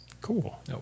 Cool